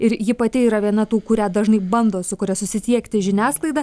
ir ji pati yra viena tų kurią dažnai bando sukuria susisiekti žiniasklaida